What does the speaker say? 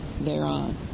thereon